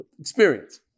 Experience